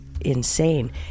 insane